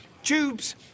Tubes